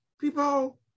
people